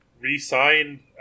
re-signed